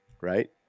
right